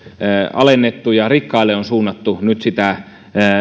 alennettu ja rikkaille on suunnattu nyt sitä